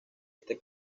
este